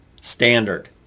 standard